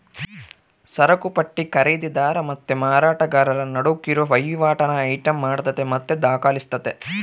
ಸರಕುಪಟ್ಟಿ ಖರೀದಿದಾರ ಮತ್ತೆ ಮಾರಾಟಗಾರರ ನಡುಕ್ ಇರೋ ವಹಿವಾಟನ್ನ ಐಟಂ ಮಾಡತತೆ ಮತ್ತೆ ದಾಖಲಿಸ್ತತೆ